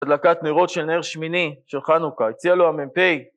הדלקת נרות של נר שמיני של חנוכה, הציע לו המ"פ...